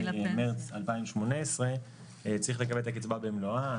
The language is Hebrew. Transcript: מרץ 2018 צריך לקבל את הקצבה במלואה.